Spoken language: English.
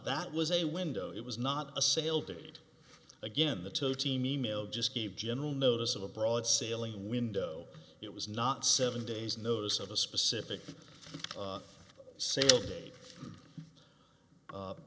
that was a window it was not a sale date again the total team e mail just gave general notice of a broad sailing window it was not seven days notice of a specific single day